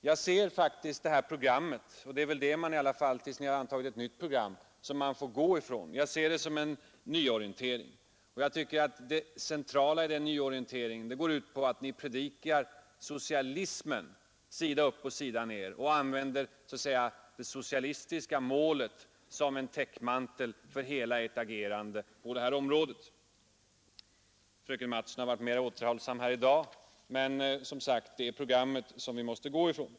Jag ser detta program — och det är väl ändå det som man får utgå ifrån till dess ni antagit ett nytt — som en nyorientering. Det centrala i den nyorienteringen är att ni sida upp och sida ner predikar socialismen och använder hela ert agerande på detta område som en täckmantel för det socialistiska målet. Fröken Mattson har i dag varit mer återhållsam, men det är som sagt programmet vi måste utgå ifrån.